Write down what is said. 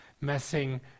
messing